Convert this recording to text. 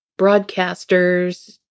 broadcasters